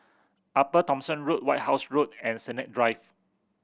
Upper Thomson Road White House Road and Sennett Drive